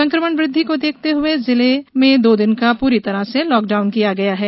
संकमण वृद्धि को देखते हए जिले दो दिन का पुरी तरह से लॉकडाउन किया गया है